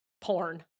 porn